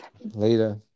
Later